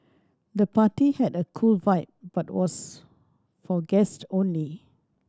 the party had a cool vibe but was for guest only